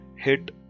hit